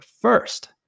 first